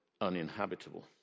uninhabitable